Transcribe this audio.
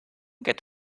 get